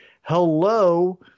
hello